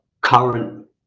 current